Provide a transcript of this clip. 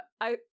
I-